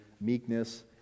meekness